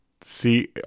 See